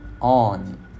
on